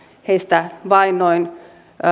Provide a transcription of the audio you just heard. heistä vain noin